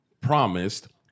promised